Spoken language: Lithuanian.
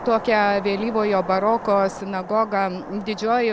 tokia vėlyvojo baroko sinagoga didžioji